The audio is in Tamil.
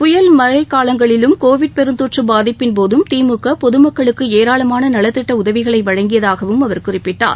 புயல் மழைக்காலங்களிலும் கோவிட் பெருந்தொற்று பாதிப்பிள் போதும் திமுக பொது மக்களுக்கு ஏராளமான நலத்திட்ட உதவிகளை வழங்கியதாகவும் அவர் குறிப்பிட்டார்